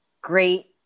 great